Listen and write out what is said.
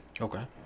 Okay